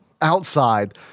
outside